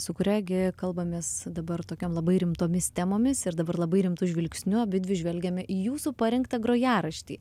su kuria gi kalbamės dabar tokiom labai rimtomis temomis ir dabar labai rimtu žvilgsniu abidvi žvelgiame į jūsų parengtą grojaraštį